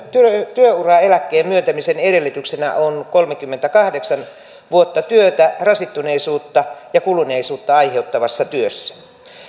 työuraeläkkeen myöntämisen edellytyksenä on kolmekymmentäkahdeksan vuotta työtä rasittuneisuutta ja kuluneisuutta aiheuttavassa työssä